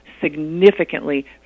significantly